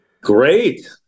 Great